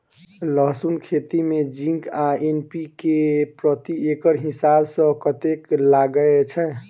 लहसून खेती मे जिंक आ एन.पी.के प्रति एकड़ हिसाब सँ कतेक लागै छै?